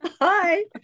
hi